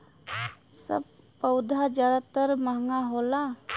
सब पउधा जादातर महंगा होला